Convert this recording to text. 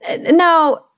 Now